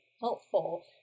helpful